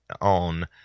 on